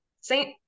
Saint